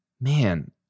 man